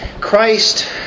Christ